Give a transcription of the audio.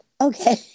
Okay